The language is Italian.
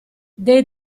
dei